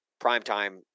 primetime